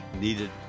needed